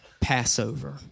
Passover